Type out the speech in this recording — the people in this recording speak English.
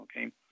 okay